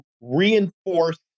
reinforce